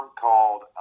called